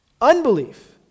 unbelief